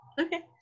Okay